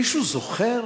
מישהו זוכר?